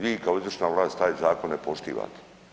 Vi kao izvršna vlast taj zakon ne poštivate.